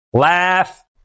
Laugh